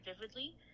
vividly